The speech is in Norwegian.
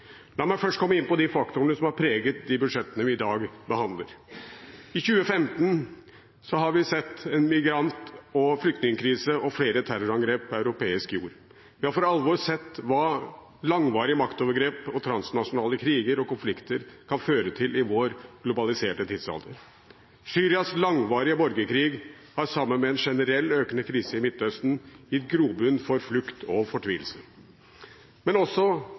La meg først komme inn på de faktorene som har preget de budsjettene vi i dag behandler. I 2015 har vi sett en migrant- og flyktningkrise og flere terrorangrep på europeisk jord. Vi har for alvor sett hva langvarige maktovergrep og transnasjonale kriger og konflikter kan føre til i vår globaliserte tidsalder. Syrias langvarige borgerkrig har sammen med en generell, økende krise i Midtøsten gitt grobunn for flukt og fortvilelse, men også